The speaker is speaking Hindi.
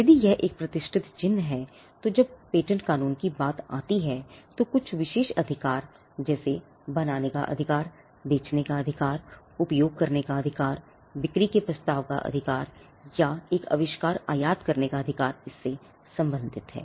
यदि यह एक प्रतिष्ठित चिह्न है तो जब पेटेंट कानून की बात आती है तो कुछ विशेष अधिकार जैसे बनाने का अधिकारबेचने का अधिकार उपयोग करने का अधिकार बिक्री का प्रस्ताव का अधिकार और एक आविष्कार आयात करने का अधिकार इससे सम्बंधित है